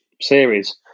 series